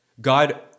God